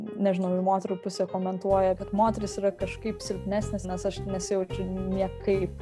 nežinau ir moterų pusę komentuoja kad moterys yra kažkaip silpnesnės nes aš nesijaučiu niekaip